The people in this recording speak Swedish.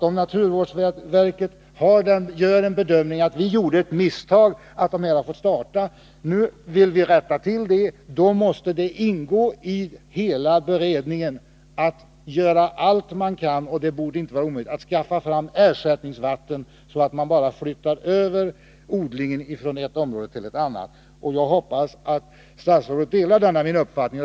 Om naturvårdsverket gör bedömningen att man gjorde ett misstag när man tillät företagarna att starta och vill rätta till det, menar jag att det måste ingå i beredningsarbetet att skaffa ersättningsvatten — vilket inte borde vara en omöjlighet — så att odlingen kan flyttas över från ett område till ett annat. Jag hoppas statsrådet delar denna min uppfattning.